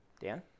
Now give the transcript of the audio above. Dan